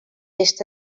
est